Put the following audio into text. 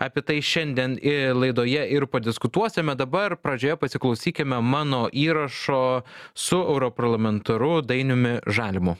apie tai šiandien ir laidoje ir padiskutuosime dabar pradžioje pasiklausykime mano įrašo su europarlamentaru dainiumi žalimu